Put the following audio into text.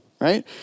right